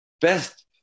best